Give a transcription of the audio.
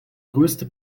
größte